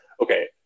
okay –